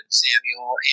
samuel